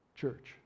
church